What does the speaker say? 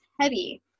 heavy